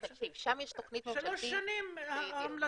שם יש תוכנית ממשלתית --- שלוש שנים ההמלצות